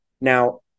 Now